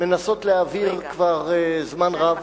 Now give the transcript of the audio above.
מנסות להעביר כבר זמן רב.